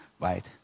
right